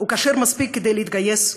הוא כשר מספיק להתגייס,